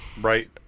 right